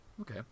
Okay